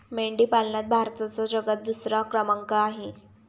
मेंढी पालनात भारताचा जगात दुसरा क्रमांक आहे